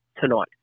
tonight